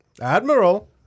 Admiral